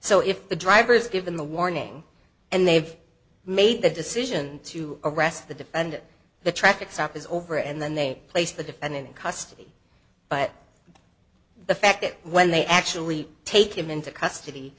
so if the driver is given the warning and they've made the decision to arrest the defendant the traffic stop is over and then they place the defendant in custody but the fact that when they actually take him into custody